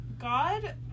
God